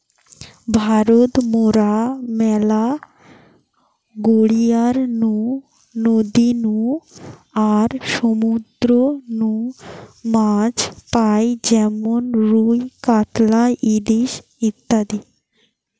ভারত মরা ম্যালা গড়িয়ার নু, নদী নু আর সমুদ্র নু মাছ পাই যেমন রুই, কাতলা, ইলিশ ইত্যাদি